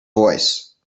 voice